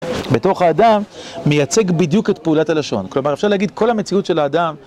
בתוך האדם מייצג בדיוק את פעולת הלשון. כלומר, אפשר להגיד כל המציאות של האדם